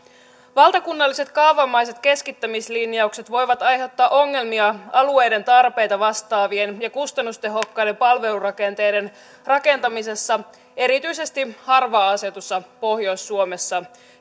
valtakunnalliset kaavamaiset keskittämislinjaukset voivat aiheuttaa ongelmia alueiden tarpeita vastaavien ja kustannustehokkaiden palvelurakenteiden rakentamisessa erityisesti harvaan asutussa pohjois suomessa